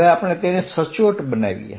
હવે આપણે તેને વધુ સચોટ બનાવીએ